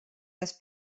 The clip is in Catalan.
les